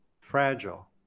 fragile